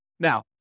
Now